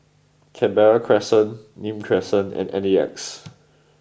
Canberra Crescent Nim Crescent and N E X